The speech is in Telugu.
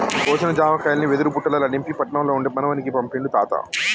కోసిన జామకాయల్ని వెదురు బుట్టలల్ల నింపి పట్నం ల ఉండే మనవనికి పంపిండు తాత